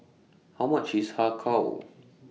How much IS Har Kow